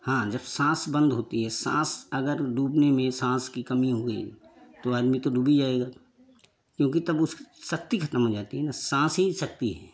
हाँ जब सांस बंद होती सांस अगर डूबने में सांस की कमी हुई तो आदमी तो डूब ही जाएगा क्योंकि तब उसकी शक्ति खत्म हो जाती है न सांस ही शक्ति है